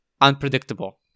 unpredictable